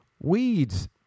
Weeds